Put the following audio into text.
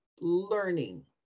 learning